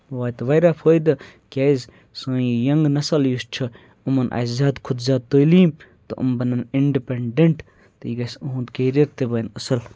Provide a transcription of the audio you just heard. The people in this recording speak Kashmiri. واتہِ واریاہ فٲیدٕ کیازِ سٲنۍ یَنٛگ نَسَل یُس چھُ یِمَن آسہِ زیادٕ کھۄتہٕ زیادٕ تٲلیٖم تہٕ یِم بَنَن اِنڈِپٮ۪نٛڈَنٛٹ تہٕ یہِ گَژھِ اُہُنٛد کیریَر تہِ بَنہِ اَصٕل